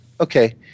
Okay